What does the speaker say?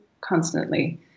constantly